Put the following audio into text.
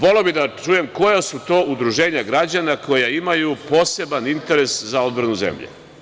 Voleo bih da čujem koja su to udruženja građana koja imaju poseban interes za odbranu zemlje.